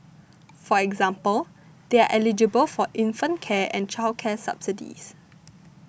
for example they are eligible for infant care and childcare subsidies